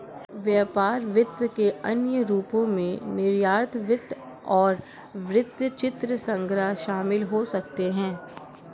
व्यापार वित्त के अन्य रूपों में निर्यात वित्त और वृत्तचित्र संग्रह शामिल हो सकते हैं